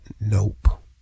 Nope